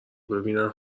ببینن